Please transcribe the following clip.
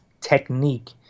technique